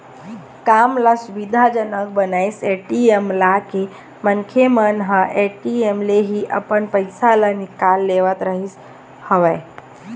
काम ल सुबिधा जनक बनाइस ए.टी.एम लाके मनखे मन ह ए.टी.एम ले ही अपन पइसा ल निकाल लेवत रिहिस हवय